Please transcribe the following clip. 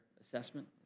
assessment